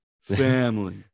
family